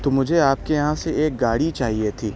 تو مجھے آپ کے یہاں سے ایک گاڑی چاہیے تھی